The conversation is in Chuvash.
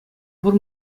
пур